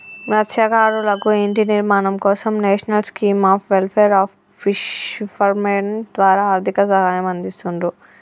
మత్స్యకారులకు ఇంటి నిర్మాణం కోసం national scheme of welfare of fishermen ద్వారా ఆర్థిక సహాయం అందిస్తున్రు